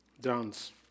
dance